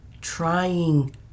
trying